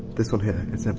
this is